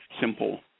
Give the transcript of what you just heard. simple